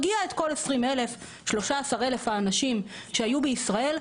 היא הרגיעה את כל אלפי האנשים שהיו בישראל,